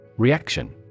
Reaction